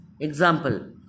Example